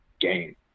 game